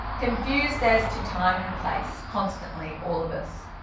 confused as to time and place constantly, all of us,